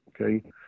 okay